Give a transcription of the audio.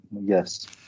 yes